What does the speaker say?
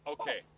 okay